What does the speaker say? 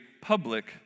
public